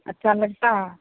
अच्छा लगता है